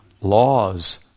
laws